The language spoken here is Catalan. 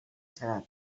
segada